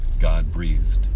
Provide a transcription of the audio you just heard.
God-breathed